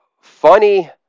funny